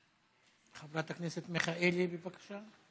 חברת הכנסת מיכאלי, בבקשה.